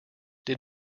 did